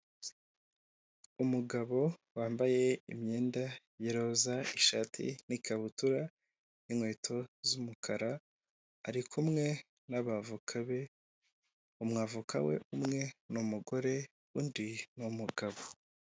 Umugabo wambaye imyenda y'iroza ishati n'ikabutura n'inkweto z'umukara ari kumwe n'abavoka be, umwavoka we umwe ni umugore undi ni umugabo.